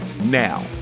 Now